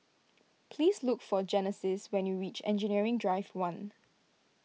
please look for Genesis when you reach Engineering Drive one